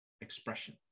expression